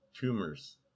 Tumors